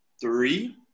three